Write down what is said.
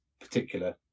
particular